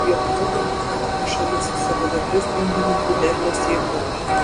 lietuva demokratinė šalis savo darbais brandinanti derlią sėklą